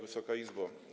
Wysoka Izbo!